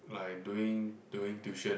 like doing doing tuition